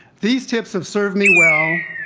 these tips, have served me well,